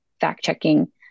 fact-checking